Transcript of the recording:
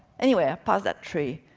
anyway, i passed that tree.